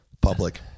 public